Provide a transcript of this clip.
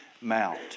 Mount